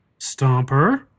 Stomper